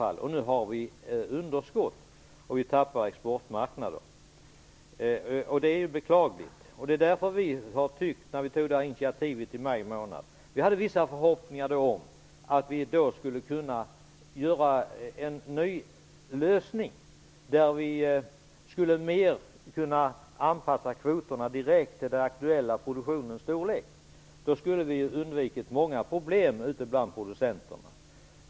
Men nu har vi underskott, och vi förlorar exportmarknader, vilket är beklagligt. Detta är anledningen till att vi tog detta initiativ i maj. Vi hade då vissa förhoppningar om att vi skulle kunna åstadkomma en ny lösning, så att vi mer skulle kunna anpassa kvoterna direkt till den aktuella produktionens storlek. Då skulle vi ha undvikit många problem ute bland producenterna.